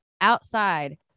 outside